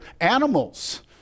animals